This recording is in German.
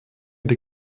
der